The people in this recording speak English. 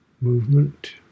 movement